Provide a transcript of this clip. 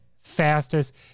fastest